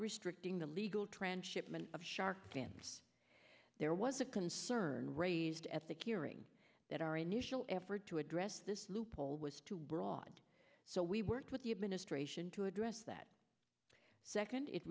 restricting the legal transshipment of shark dance there was a concern raised at the hearing that our initial effort to address this loophole was too broad so we worked with the administration to address that second it